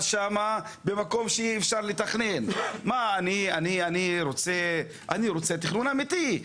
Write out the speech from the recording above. במקום שאי אפשר לתכנן - אני רוצה תכנון אמיתי.